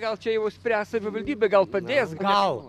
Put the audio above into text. gal čia jau spręs savivaldybė gal padės gal